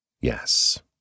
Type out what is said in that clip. Yes